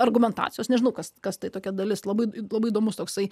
argumentacijos nežinau kas kas tai tokia dalis labai labai įdomus toksai